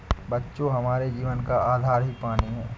बच्चों हमारे जीवन का आधार ही पानी हैं